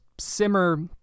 Simmer